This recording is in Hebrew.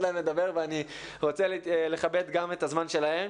להם לדבר ואני רוצה לכבד גם את הזמן שלהם,